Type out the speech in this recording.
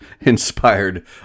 inspired